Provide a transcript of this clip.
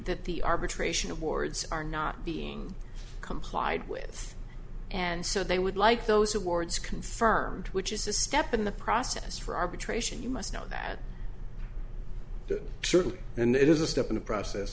that the arbitration awards are not being complied with and so they would like those awards confirmed which is a step in the process for arbitration you must know that certain and it is a step in the process